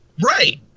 Right